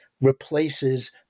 replaces